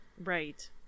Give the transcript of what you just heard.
Right